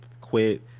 quit